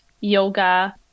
yoga